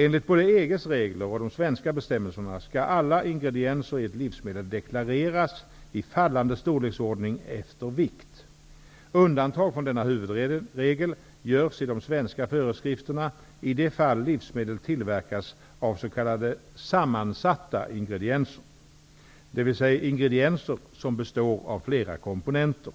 Enligt både EG:s regler och de svenska bestämmelserna skall alla ingredienser i ett livsmedel deklareras i fallande storleksordning efter vikt. Undantag från denna huvudregel görs i de svenska föreskrifterna i de fall livsmedel tillverkas av s.k. sammansatta ingredienser, dvs. ingredienser som består av flera komponenter.